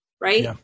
Right